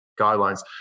guidelines